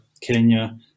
Kenya